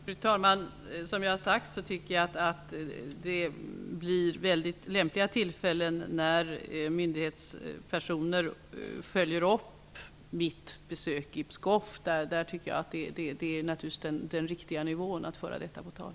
Fru talman! Som jag har sagt, tycker jag att det blir lämpliga tillfällen när myndighetspersoner följer upp mitt besök i Pskov. Det är naturligtvis den riktiga nivån att föra detta på tal.